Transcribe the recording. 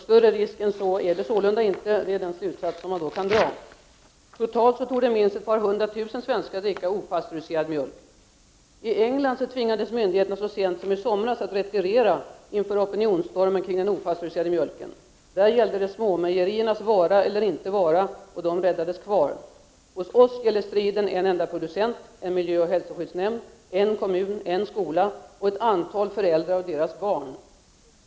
Större risk än så är det sålunda inte. Det är den slutsats man kan dra. Totalt torde minst ett par hundra tusen svenskar dricka opastöriserad mjölk. I England tvingades myndigheterna så sent som i somras retirera inför opinionsstormen kring den opastöriserade mjölken. Där gällde det småmejeriernas vara eller inte vara. De räddades kvar. Hos oss gäller striden en enda producent, en miljöoch hälsoskyddsnämnd, en kommun, en skola och ett antal föräldrar och deras barn.